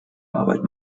arbeit